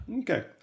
Okay